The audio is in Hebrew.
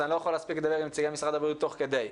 אני לא יכול להספיק לדבר עם נציגי משרד הבריאות תוך כדי.